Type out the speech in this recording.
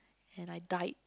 and I died